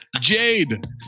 Jade